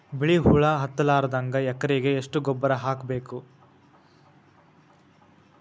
ಬಿಳಿ ಹುಳ ಹತ್ತಲಾರದಂಗ ಎಕರೆಗೆ ಎಷ್ಟು ಗೊಬ್ಬರ ಹಾಕ್ ಬೇಕು?